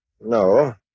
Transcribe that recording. No